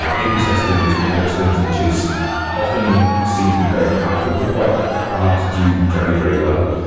um a b testing is one of those things, which is often seem to be very powerful, but quite hard to do very, very well.